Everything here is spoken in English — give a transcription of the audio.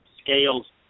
scales